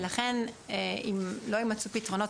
לכן אם לא יימצאו פתרונות,